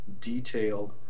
detailed